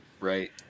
Right